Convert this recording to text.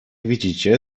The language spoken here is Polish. widzicie